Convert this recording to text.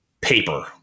paper